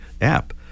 app